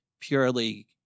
purely